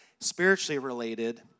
spiritually-related